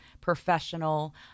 professional